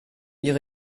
ihre